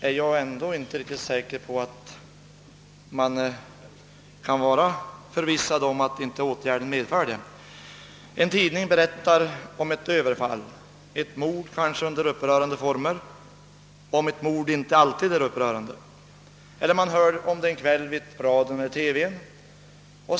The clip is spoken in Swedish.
Men jag vet ändå inte om man kan vara förvissad om att åtgärden inte medför sådan fara. En tidning berättar om ett överfall, kanske ett mord under upprörande former — om ett mord inte alltid är upprörande — eller man hör om detta på kvällen i radio eller TV.